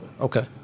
Okay